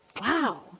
Wow